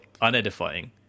unedifying